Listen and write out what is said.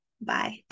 Bye